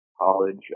college